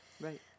Right